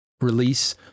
release